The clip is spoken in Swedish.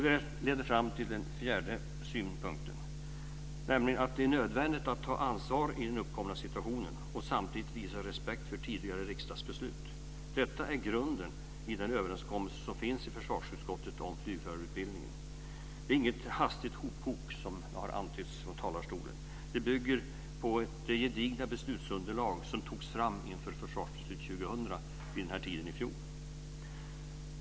Detta leder fram till den fjärde synpunkten, nämligen att det är nödvändigt att ta ansvar i den uppkomna situationen och samtidigt visa respekt för tidigare riksdagsbeslut. Detta är grunden i den överenskommelse som finns i försvarsutskottet om flygförarutbildningen. Det är inget hastigt hopkok, som har antytts från talarstolen. Det bygger på det gedigna beslutsunderlag som togs fram inför försvarsbeslutet 2000 vid den här tiden i fjol.